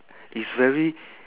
it's very